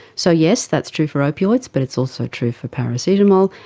so yes, that's true for opioids, but it's also true for paracetamol,